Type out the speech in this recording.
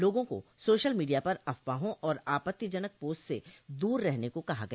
लोगों को social media पर अफवाहों और आपत्तिजनक पोस्ट से दूर रहने को कहा गया